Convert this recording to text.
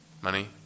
money